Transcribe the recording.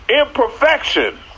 imperfection